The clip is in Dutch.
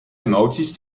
emoties